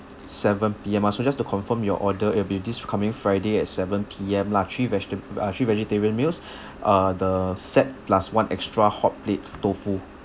seven P_M ah so just to confirm your order it'll be this coming friday at seven P_M lah three vegeta~ uh three vegetarian meals uh the set plus one extra hotplate tofu